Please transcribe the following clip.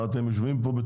בתור מה אתם יושבים פה?